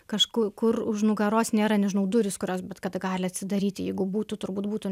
kažkur kur už nugaros nėra nežinau durys kurios bet kada gali atsidaryti jeigu būtų turbūt būtų